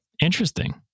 interesting